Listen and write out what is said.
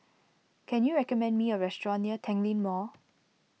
can you recommend me a restaurant near Tanglin Mall